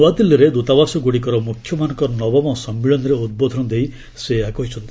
ନୂଆଦିଲ୍ଲୀରେ ଦୂତାବାସଗୁଡ଼ିକର ମୁଖ୍ୟମାନଙ୍କ ନବମ ସମ୍ମିଳନୀରେ ଉଦ୍ବୋଧନ ଦେଇ ସେ ଏହା କହିଛନ୍ତି